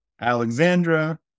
Alexandra